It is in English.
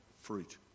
fruit